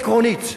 עקרונית.